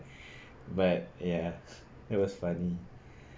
but ya it was funny